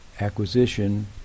acquisition